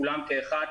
כולם כאחד,